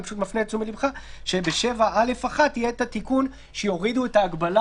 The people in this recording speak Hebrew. אני מפנה את תשומת לבך שב-7(א)(1) יורידו את ההגבלה